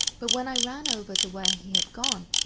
but when i ran over to where he had gone,